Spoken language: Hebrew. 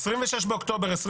26 באוקטובר 2021